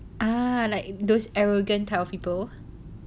ah like those arrogant type of people